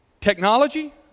Technology